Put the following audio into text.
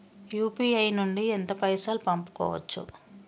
UPI నుండి ఎంత పైసల్ పంపుకోవచ్చు?